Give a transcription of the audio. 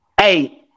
Hey